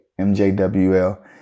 MJWL